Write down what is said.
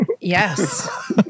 yes